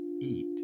eat